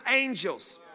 angels